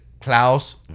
Klaus